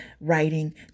writing